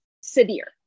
severe